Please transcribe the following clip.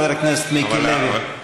חבר הכנסת מיקי לוי.